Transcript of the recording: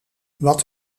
wat